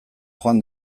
joan